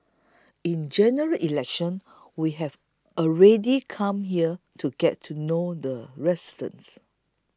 in General Election we have already come here to get to know the residents